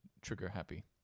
trigger-happy